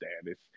status